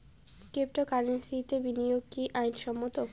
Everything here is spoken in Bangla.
ক্রিপ্টোকারেন্সিতে বিনিয়োগ কি আইন সম্মত?